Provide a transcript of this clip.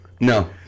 No